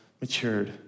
matured